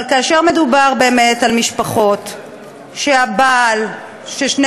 אבל כאשר מדובר באמת על משפחות שבהן שני